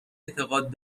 اعتقاد